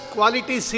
Quality